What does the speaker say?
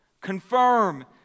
confirm